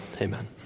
Amen